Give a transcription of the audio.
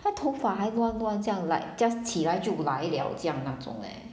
他头发还乱乱这样 like just 起来就来 liao 这样那种 leh